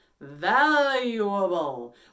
Valuable